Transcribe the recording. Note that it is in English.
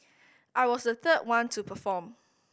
I was the third one to perform